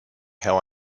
how